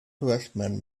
horsemen